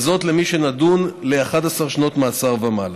וזאת למי שנידון ל-11 שנות מאסר ומעלה.